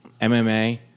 MMA